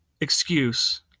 excuse